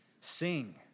Sing